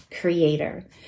creator